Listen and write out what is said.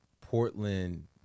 Portland